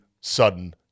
sudden